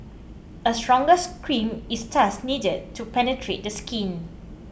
a stronger's cream is thus needed to penetrate this skin